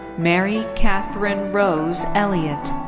mary kathryn rose-elliott.